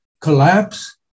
collapse